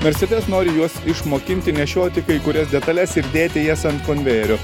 mercedes nori juos išmokinti nešioti kai kurias detales ir dėti jas ant konvejerio